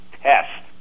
test